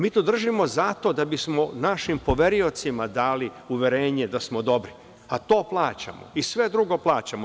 Mi to držimo zato da bismo našim poveriocima dali uverenje da smo dobri, a to plaćamo i sve drugo plaćamo.